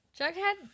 Jughead